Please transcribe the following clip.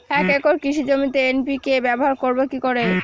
এক একর কৃষি জমিতে এন.পি.কে ব্যবহার করব কি করে?